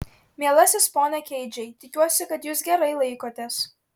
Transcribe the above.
mielasis pone keidžai tikiuosi kad jūs gerai laikotės